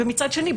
מצד שני,